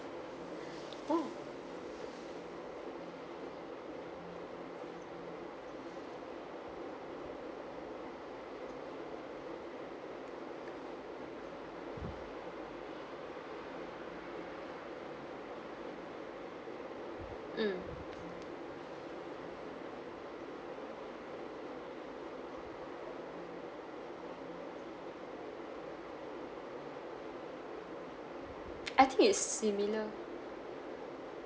oh mm I think it's similar